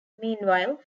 meanwhile